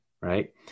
right